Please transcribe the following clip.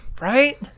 Right